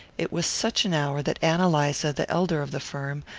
it was such an hour that ann eliza, the elder of the firm,